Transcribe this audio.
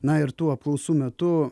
na ir tų apklausų metu